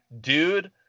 Dude